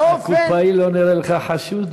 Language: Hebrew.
הקופאי לא נראה לך חשוד?